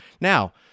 Now